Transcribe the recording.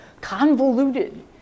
convoluted